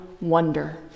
wonder